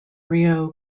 rio